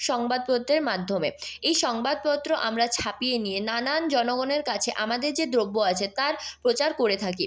সংবাদপত্রের মাধ্যমে এই সংবাদপত্র আমরা ছাপিয়ে নিয়ে নানান জনগণের কাছে আমাদের যে দ্রব্য আছে তার প্রচার করে থাকি